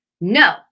No